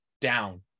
down